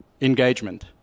engagement